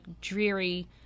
dreary